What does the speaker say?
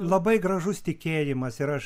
labai gražus tikėjimas ir aš